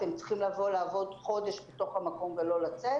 אתם צריכים לעבוד חודש בתוך המקום ולא לצאת